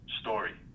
story